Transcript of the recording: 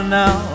now